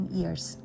years